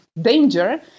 danger